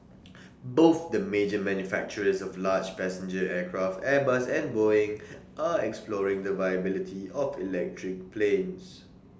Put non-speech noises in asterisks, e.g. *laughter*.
*noise* *noise* both the major manufacturers of large passenger aircraft airbus and boeing are exploring the viability of electric planes